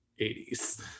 80s